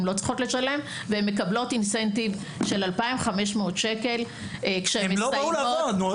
הן לא צריכות לשלם והן מקבלות תמריץ של 2,500 שקל כשהן מסיימות.